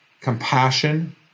compassion